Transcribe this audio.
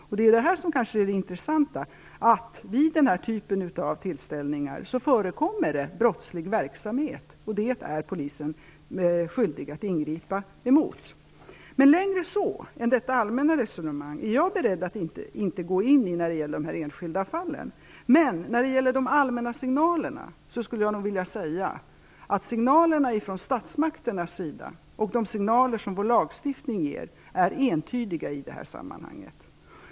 Det intressanta är kanske att det vid den här typen av tillställningar förekommer brottslig verksamhet, och det är Polisen skyldig att ingripa mot. Längre än till detta allmänna resonemang är jag inte beredd att gå när det gäller enskilda fall. Men jag skulle nog vilja säga att de allmänna signalerna från statsmakternas sida och de signaler som vår lagstiftning ger är entydiga i det här sammanhanget.